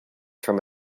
from